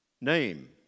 name